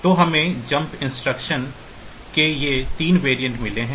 तो हमें jump instruction के ये 3 वेरिएंट मिले हैं